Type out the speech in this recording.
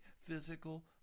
physical